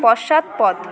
পশ্চাৎপদ